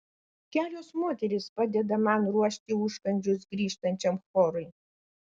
kelios moterys padeda man ruošti užkandžius grįžtančiam chorui